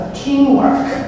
teamwork